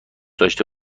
داشته